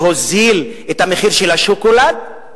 להוזיל את המחיר של השוקולד,